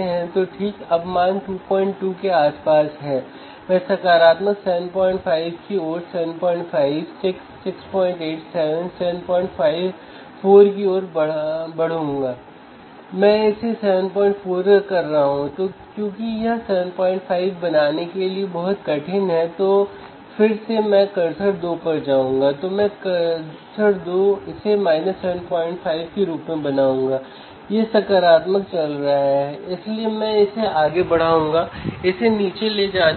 हैं तो यह अलग अलग लाभ मिलेगा